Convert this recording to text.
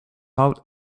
out